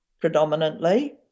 predominantly